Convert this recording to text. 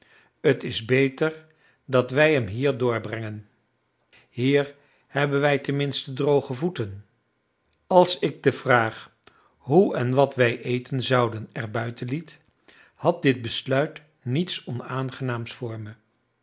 t is beter dat wij hem hier doorbrengen hier hebben wij tenminste droge voeten als ik de vraag hoe en wat wij eten zouden er buiten liet had dit besluit niets onaangenaams